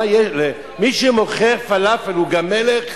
מי שמוכר פלאפל הוא גם מלך?